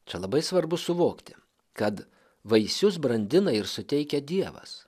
čia labai svarbu suvokti kad vaisius brandina ir suteikia dievas